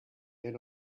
men